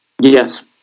Yes